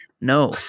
no